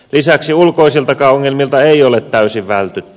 lisäksi ulkoisiltakaan ongelmilta ei ole täysin vältytty